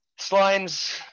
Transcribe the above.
Slimes